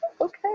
okay